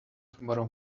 tomorrow